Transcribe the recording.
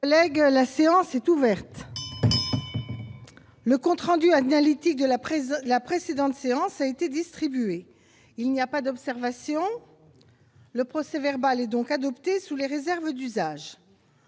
La séance est ouverte.. Le compte rendu analytique de la précédente séance a été distribué. Il n'y a pas d'observation ?... Le procès-verbal est adopté sous les réserves d'usage.